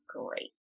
great